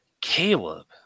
Caleb